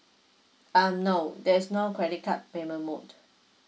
um no there's no credit card payment mode